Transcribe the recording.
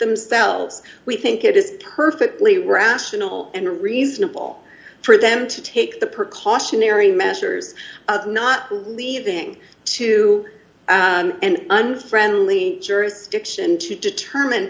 themselves we think it is perfectly rational and reasonable for them to take the precautionary measures not leaving too and unfriendly jurisdiction to determine